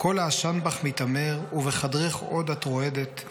// כל העשן בך מיתמר / ובחדרך עוד את רועדת,